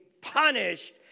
punished